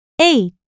eight